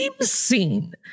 scene